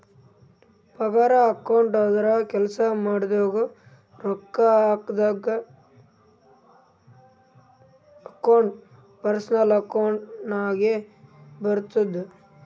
ಪಗಾರ ಅಕೌಂಟ್ ಅಂದುರ್ ಕೆಲ್ಸಾ ಮಾಡಿದುಕ ರೊಕ್ಕಾ ಹಾಕದ್ದು ಅಕೌಂಟ್ ಪರ್ಸನಲ್ ಅಕೌಂಟ್ ನಾಗೆ ಬರ್ತುದ